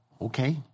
Okay